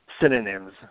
synonyms